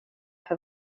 för